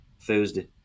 Thursday